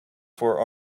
fore